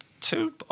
Two